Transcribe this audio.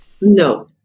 No